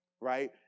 Right